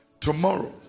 Tomorrow